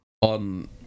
on